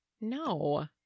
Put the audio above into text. No